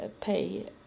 pay